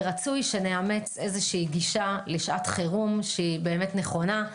ורצו שנאמץ גישה לשעת חירום שהיא נכונה.